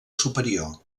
superior